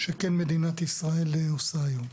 שמדינת ישראל כן עושה היום.